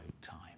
time